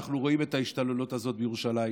אנחנו רואים את ההשתוללות הזאת בירושלים,